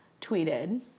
tweeted